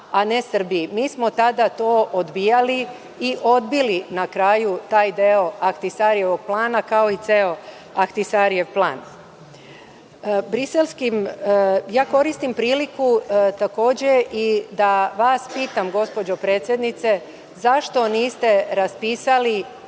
a ne Srbiji. Mi smo tada to odbijali i odbili na kraju taj deo Ahtisarijevog plana, kao i ceo Ahtisarijev plan. Ja koristim priliku da vas pitam, gospođo predsednice, zašto niste raspisali